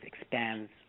expands